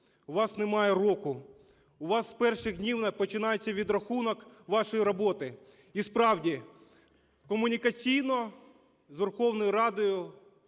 у вас немає року, у вас з перших днів починається відрахунок вашої роботи". І, справді, комунікаційно з Верховною Радою